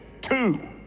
Two